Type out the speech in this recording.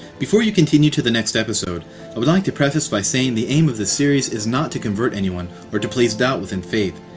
before you continue to the next episode, i would like to preface by saying the aim of this series is not to convert anyone or to place doubt within faith.